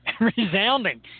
Resounding